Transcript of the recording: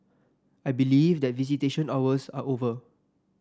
I believe that visitation hours are over